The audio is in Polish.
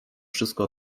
wszystko